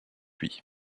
lui